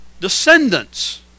descendants